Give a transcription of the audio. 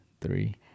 three